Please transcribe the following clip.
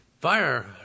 fire